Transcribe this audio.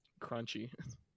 crunchy